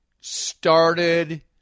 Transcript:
started